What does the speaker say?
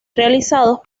realizados